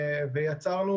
ויצרנו,